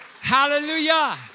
Hallelujah